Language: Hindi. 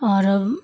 और